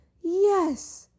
Yes